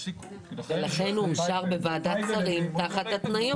ולכן הוא אושר בוועדת שרים תחת התניות.